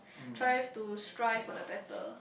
try to strive for the better